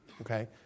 Okay